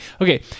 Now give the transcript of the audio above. Okay